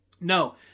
No